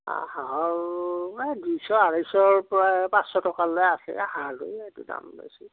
হাহঁ হাঁহৰো এই দুইশ আঢ়ৈশৰ পৰা এই পাঁচশ টকালৈ আছেই আঁ হাঁহলৈ সেইটো দাম লৈছে